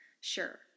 Sure